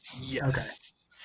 yes